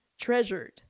treasured